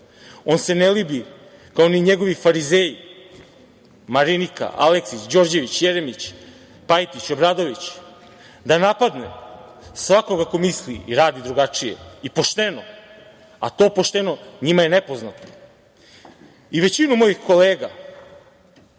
on se ne libi, kao ni njegovi farizeji Marinika, Aleksić, Đorđević, Jeremić, Pajtić, Obradović, da napadne svakoga ko misli i radi drugačije i pošteno, a to pošteno njima je nepoznato. Većinu mojih kolega,